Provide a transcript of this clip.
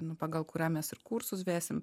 nu pagal kurią mes ir kursus vesim